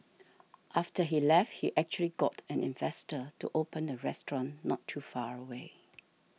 after he left he actually got an investor to open a restaurant not too far away